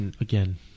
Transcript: Again